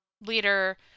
leader